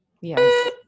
Yes